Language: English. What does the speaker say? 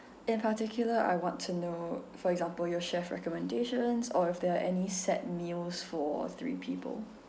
in particular I want to know for example your chef recommendations or if there are any set meals for three people